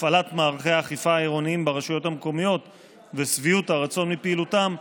הפעלת מערכי האכיפה העירוניים ברשויות המקומיות ושביעות הרצון מפעילותם,